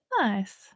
Nice